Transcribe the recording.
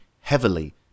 heavily